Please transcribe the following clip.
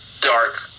dark